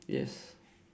yes